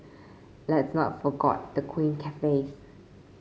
let's not forgot the quaint cafes